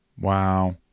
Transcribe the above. Wow